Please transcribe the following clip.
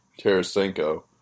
Tarasenko